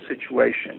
situation